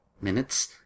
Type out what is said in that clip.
minutes